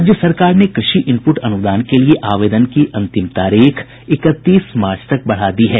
राज्य सरकार ने कृषि इनप्रट अनुदान के लिए आवेदन की अंतिम तारीख इकतीस मार्च तक बढ़ा दी है